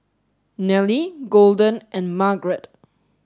Nelly Golden and Margrett